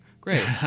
Great